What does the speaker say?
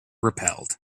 repelled